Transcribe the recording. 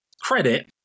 credit